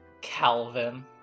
Calvin